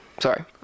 Sorry